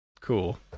Cool